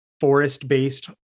forest-based